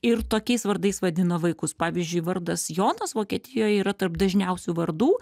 ir tokiais vardais vadina vaikus pavyzdžiui vardas jonas vokietijoj yra tarp dažniausių vardų